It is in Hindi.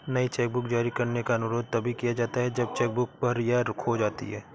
नई चेकबुक जारी करने का अनुरोध तभी किया जाता है जब चेक बुक भर या खो जाती है